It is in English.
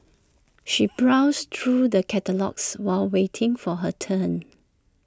she browsed through the catalogues while waiting for her turn